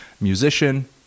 musician